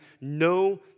no